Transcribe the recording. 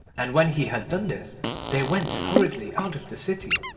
and when he had done this they went hurriedly out of the city.